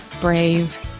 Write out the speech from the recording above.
brave